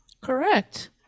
correct